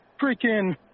freaking